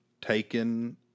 taken